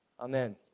Amen